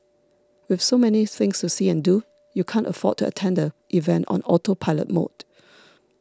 with so many things to see and do you can't afford to attend the event on autopilot mode